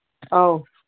ꯑꯧ